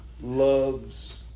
loves